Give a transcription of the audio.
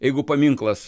jeigu paminklas